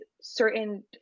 certain